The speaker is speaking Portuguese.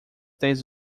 dez